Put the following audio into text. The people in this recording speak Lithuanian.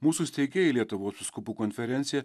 mūsų steigėjai lietuvos vyskupų konferencija